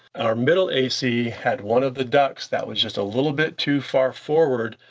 our middle a c had one of the ducts that was just a little bit too far forward,